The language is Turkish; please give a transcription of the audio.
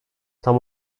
tam